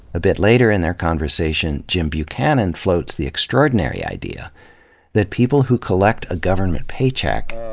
a bit later in their conversation, jim buchanan floats the extraordinary idea that people who collect a government paycheck,